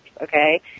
okay